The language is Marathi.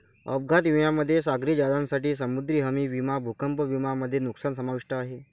अपघात विम्यामध्ये सागरी जहाजांसाठी समुद्री हमी विमा भूकंप विमा मध्ये नुकसान समाविष्ट आहे